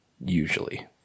usually